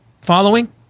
following